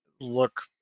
look